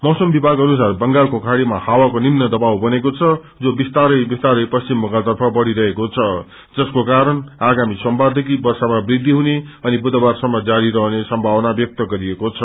मौसम विभाग अनुसार बंगालको खाड़ीमा हावाको निम्न दवाब बनेको छ जो विस्तारै विस्तारै पश्चिम बंगालतर्फ बढ़िरहेको छ जसको कारण आगामी सोमबारदेखि वर्षा मा वृद्खि हुने अनि बुधबारसम्म जारी रहने सम्भ्जावना व्यक्त गरिएको छ